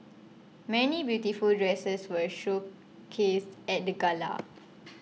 many beautiful dresses were showcased at the gala